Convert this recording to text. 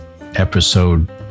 episode